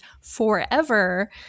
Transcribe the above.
forever